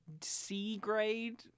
C-grade